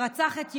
ורצח את יהודה,